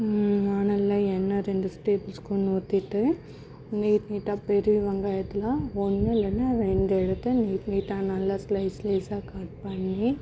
வாணலில எண்ணெய் ரெண்டு tablespoon ஊற்றிட்டு நீட்டு நீட்டாக பெரிய வெங்காயத்தில் ஒன்று இல்லைனா ரெண்டு எடுத்து நீட்டு நீட்டாக நல்லா ஸ்லைஸ் ஸ்லைஸாக கட் பண்ணி